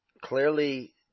clearly